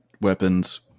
weapons